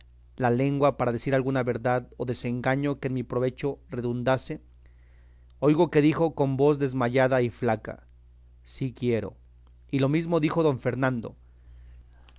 la lengua para decir alguna verdad o desengaño que en mi provecho redundase oigo que dijo con voz desmayada y flaca sí quiero y lo mesmo dijo don fernando